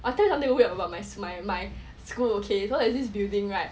I tell you something weird about my my my school okay so there's this building right